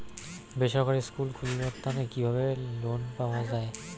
বেসরকারি স্কুল খুলিবার তানে কিভাবে লোন পাওয়া যায়?